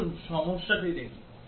আসুন সমস্যাটি দেখি